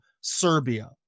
Serbia